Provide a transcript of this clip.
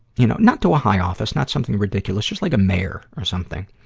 you know, not to a high office, not something ridiculous. just like a mayor or something.